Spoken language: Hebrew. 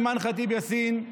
אימאן ח'טיב יאסין,